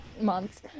months